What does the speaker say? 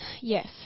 Yes